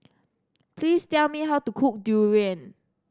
please tell me how to cook durian